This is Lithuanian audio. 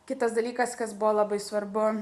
kitas dalykas kas buvo labai svarbu